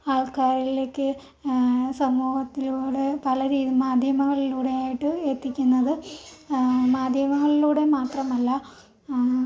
ആൾക്കാരിലേക്ക് സമൂഹത്തിലൂടെ പല രീ മാധ്യമങ്ങളിലൂടെയായിട്ടും എത്തിക്കുന്നത് മാധ്യമങ്ങളിലൂടെ മാത്രമല്ല